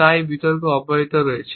তাই এই বিতর্ক অব্যাহত রয়েছে